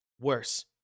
worse